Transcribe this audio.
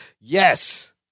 Yes